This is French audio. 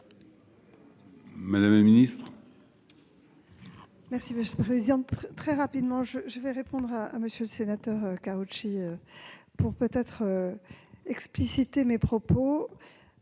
Mme la ministre.